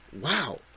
Wow